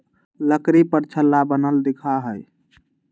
लकड़ी पर छल्ला बनल दिखा हई